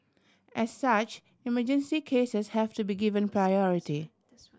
as such emergency cases have to be given priority